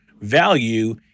value